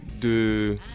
de